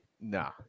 Nah